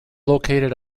located